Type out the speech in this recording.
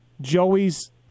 Joey's